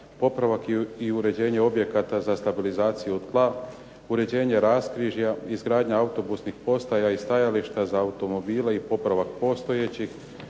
popravak i uređenje objekata za stabilizaciju tla, uređenje raskrižja, izgradnja autobusnih postaja i stajališta za automobile i popravak postojećih,